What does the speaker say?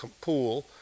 pool